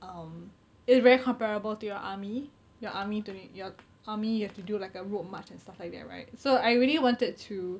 um it's very comparable to your army our army during your army you have to do like a road march and stuff like that right so I really wanted to